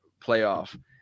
playoff